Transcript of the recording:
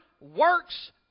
works